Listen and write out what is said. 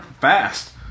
fast